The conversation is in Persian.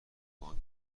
بانک